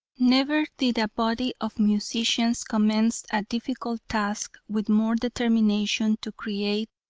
never did a body of musicians commence a difficult task with more determination to create,